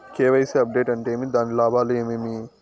KYC update అంటే ఏమి? దాని లాభాలు ఏమేమి?